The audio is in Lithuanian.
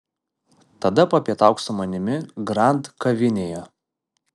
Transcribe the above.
tada papietauk su manimi grand kavinėje